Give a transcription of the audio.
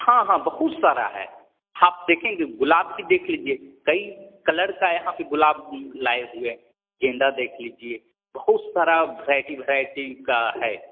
हाँ हाँ बहुत सारा है आप देखेंगे गुलाब ही देख लीजिए कई कलर का यहाँ पर गुलाब लाए हुए हैं गेंदा देख लीजिए बहुत सारा भ्राईटी भ्राईटी का है